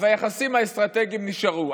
אז היחסים האסטרטגיים נשארו,